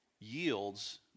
yields